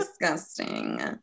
Disgusting